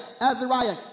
Azariah